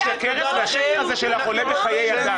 והשקר הזה שלך עולה בחיי אדם.